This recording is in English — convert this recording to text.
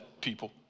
people